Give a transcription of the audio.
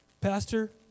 Pastor